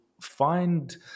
find